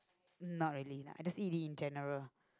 not really lah I just eat it in general